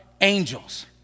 angels